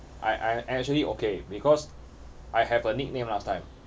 I I I'm actually okay because I have a nickname last time